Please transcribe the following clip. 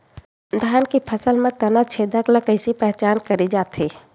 धान के फसल म तना छेदक ल कइसे पहचान करे जाथे?